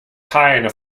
keine